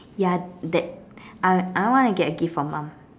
ya that I I wanna get a gift for mum